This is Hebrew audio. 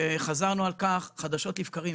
וחזרנו על כך חדשות לבקרים.